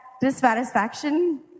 dissatisfaction